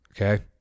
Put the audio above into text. Okay